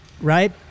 Right